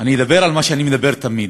אני אדבר על מה שאני מדבר תמיד,